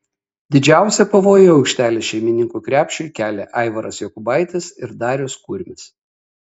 didžiausią pavojų aikštelės šeimininkų krepšiui kėlė aivaras jokubaitis ir darius kurmis